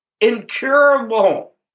incurable